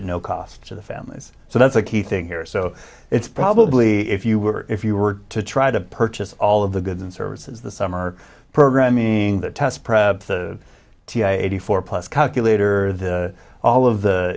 at no cost to the families so that's a key thing here so it's probably if you were if you were to try to purchase all of the goods and services the summer program meaning the test prep the eighty four plus calculator the all of the